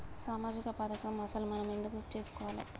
సామాజిక పథకం అసలు మనం ఎందుకు చేస్కోవాలే?